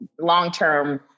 long-term